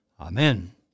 Amen